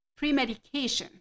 premedication